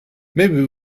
maybe